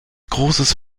großes